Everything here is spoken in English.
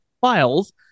files